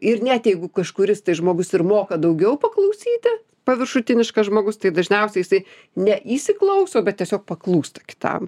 ir net jeigu kažkuris tai žmogus ir moka daugiau paklausyti paviršutiniškas žmogus tai dažniausiai jisai neįsiklauso bet tiesiog paklūsta kitam